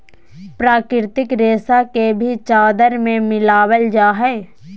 प्राकृतिक रेशा के भी चादर में मिलाबल जा हइ